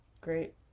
Great